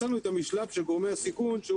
מצאנו את המשלב של גורמי הסיכון שהוא